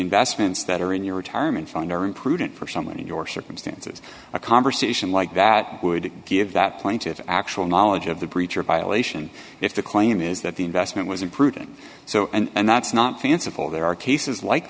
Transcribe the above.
investments that are in your retirement fund are imprudent for someone in your circumstances a conversation like that would give that pointed actual knowledge of the breach or violation if the claim is that the investment was improving so and that's not fanciful there are cases like